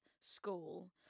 school